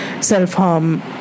self-harm